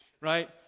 right